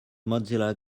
mozilla